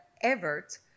Everett